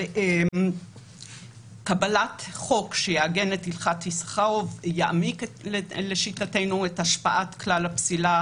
אבל קבלת חוק שיעגן את הלכת יששכרוב יעמיק לשיטתנו את השפעת כלל הפסילה